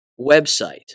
website